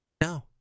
No